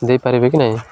ଦେଇପାରିବେ କି ନାହିଁ